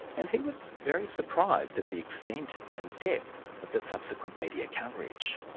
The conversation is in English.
and he was very surprised at the extent and depth of the subsequent media coverage.